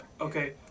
okay